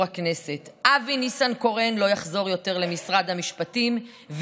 הכנסת: אבי ניסנקורן לא יחזור יותר למשרד המשפטים,